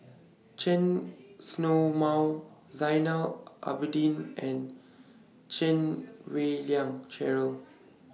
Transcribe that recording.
Chen Snow Mao Zainal Abidin and Chan Wei Ling Cheryl